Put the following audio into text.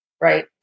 right